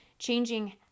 changing